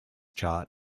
chart